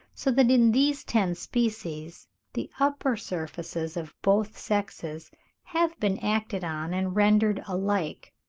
so that in these ten species the upper surfaces of both sexes have been acted on and rendered alike,